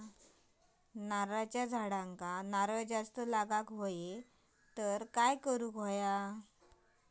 नारळाच्या झाडांना नारळ जास्त लागा व्हाये तर काय करूचा?